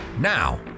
Now